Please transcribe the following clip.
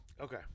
Okay